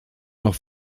noch